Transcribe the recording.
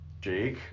Jake